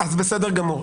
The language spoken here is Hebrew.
בסדר גמור.